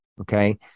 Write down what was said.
Okay